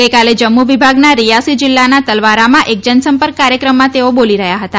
ગઇકાલે જમ્મુ વિભાગના રિયાસી જીલ્લાના તલવારામાં એક જનસંપર્ક કાર્યક્રમમાં તેઓ બોલી રહ્યા હતા